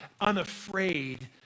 unafraid